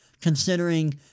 considering